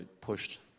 pushed